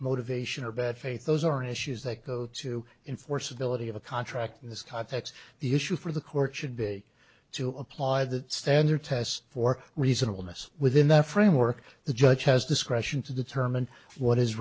motivation or bad faith those are issues that go to enforceability of a contract in this context the issue for the court should be to apply the standard tests for reasonable miss within that framework the judge has discretion to determine what is